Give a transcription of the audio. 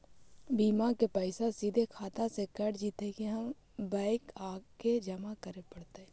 बिमा के पैसा सिधे खाता से कट जितै कि बैंक आके जमा करे पड़तै?